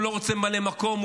הוא לא רוצה ממלא מקום,